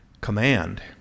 command